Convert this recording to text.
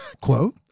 Quote